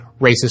racist